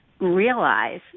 realize